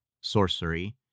sorcery